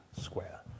square